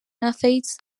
atheist